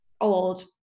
old